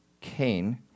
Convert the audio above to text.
cain